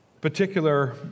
particular